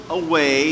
away